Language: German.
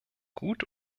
gut